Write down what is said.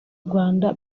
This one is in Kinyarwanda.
rwanda